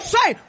Say